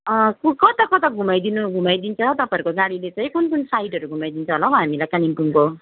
पु कता कता घुमाइदिनु घुमाइदिन्छ तपाईँहरूको गाडीले चाहिँ कुन कुन साइडहरू घुमाइदिन्छ होला हौ कालिम्पोङको